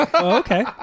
Okay